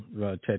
ted